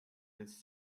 this